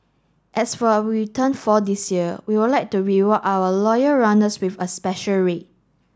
so as we turn four this year we will like to reward our loyal runners with a special rate